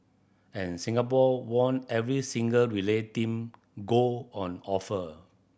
and Singapore won every single relay team gold on offer